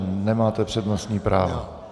Nemáte přednostní právo.